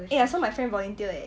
eh I saw my friend volunteer eh